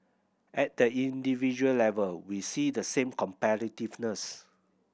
at the individual level we see the same competitiveness